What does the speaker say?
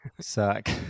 suck